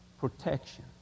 Protection